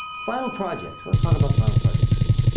final projects let's talk about final projects someone